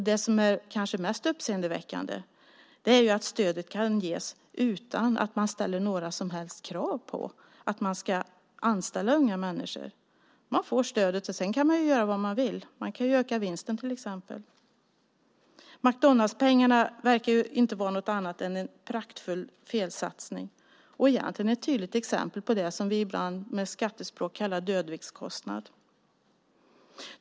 Det som är kanske mest uppseendeväckande är att stödet kan ges utan att man ställer några som helst krav på att man ska anställa unga människor. Man får stödet, och sedan kan man göra vad man vill. Man kan till exempel öka vinsten. McDonaldspengarna verkar inte vara något annat än en praktfull felsatsning. Det är egentligen ett tydligt exempel på det som vi ibland med skattespråk kallar dödviktskostnad.